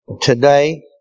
today